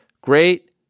great